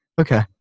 okay